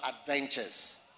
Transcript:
adventures